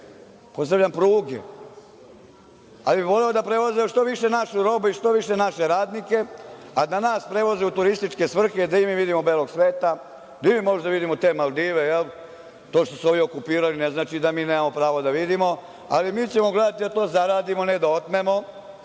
pozdravljam pruge, ali bih voleo da prevoze što više naših roba i što više naših radnika, a da nas prevoze u turističke svrhe, da i mi vidimo belog sveta, da i mi možda vidimo te Maldive, jer to što su ovi okupirali, ne znači da mi nemamo pravo da vidimo. Mi ćemo gledati da to zaradimo, ne da otmemo,